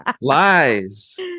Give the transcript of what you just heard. Lies